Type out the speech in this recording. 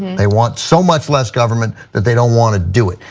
they want so much less government that they don't want to do it.